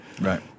Right